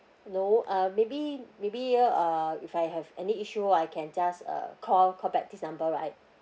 no uh maybe maybe yeah uh if I have any issue I can just uh call call back this number right